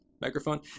microphone